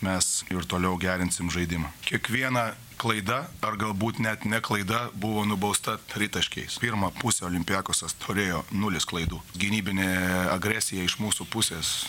mes ir toliau gerinsim žaidimą kiekviena klaida ar galbūt net ne klaida buvo nubausta tritaškiais pirmą pusę olympiakosas turėjo nulis klaidų gynybinė agresija iš mūsų pusės